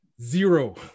zero